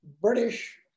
British